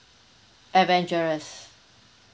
adventures